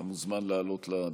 אתה מוזמן לעלות לדוכן.